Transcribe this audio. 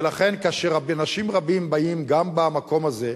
ולכן, כאשר אנשים רבים באים, גם במקום הזה,